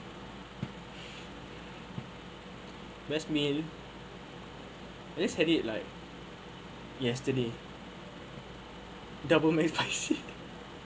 best meal I just had it like yesterday double mcspicy